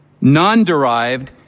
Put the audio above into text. non-derived